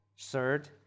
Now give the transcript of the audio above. Third